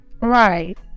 Right